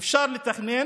אפשר לתכנן.